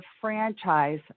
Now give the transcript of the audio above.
franchise